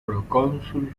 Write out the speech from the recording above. procónsul